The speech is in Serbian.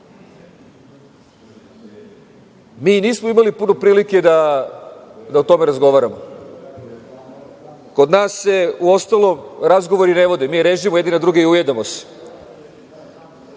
Mi nismo imali puno prilike da o tome razgovaramo. Kod nas se, uostalom, razgovori ne vode, mi režimo jedni na druge i ujedamo se.